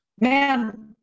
man